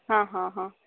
ಹಾಂ ಹಾಂ ಹಾಂ